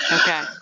Okay